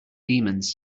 demons